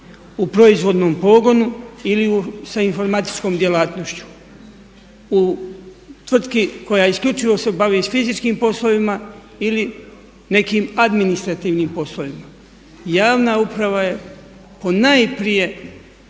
u proizvodnom pogonu ili sa informatičkom djelatnošću, u tvrtki koja isključivo se bavi s fizičkim poslovima ili nekim administrativnim poslovima. Javna uprava je ponajprije